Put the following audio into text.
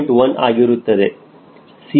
1 ಆಗಿರುತ್ತದೆ